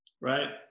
right